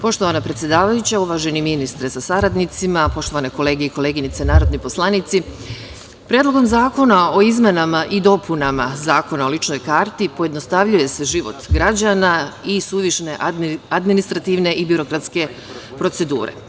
Poštovana predsedavajuća, uvaženi ministre sa saradnicima, poštovane kolege i koleginice narodni poslanici, Predlogom zakona o izmenama i dopunama Zakona o ličnoj karti pojednostavljuje se život građana i suvišne administrativne i birokratske procedure.